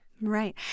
Right